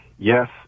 Yes